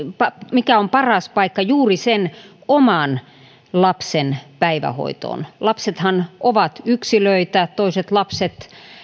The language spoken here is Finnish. mikä on paras paikka juuri sen oman lapsen päivähoitoon lapsethan ovat yksilöitä toiset lapset